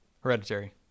Hereditary